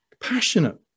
passionate